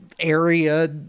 Area